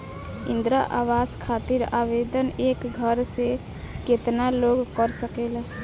इंद्रा आवास खातिर आवेदन एक घर से केतना लोग कर सकेला?